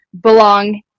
belong